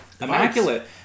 immaculate